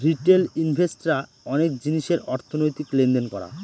retail invest রা অনেক জিনিসের অর্থনৈতিক লেনদেন করা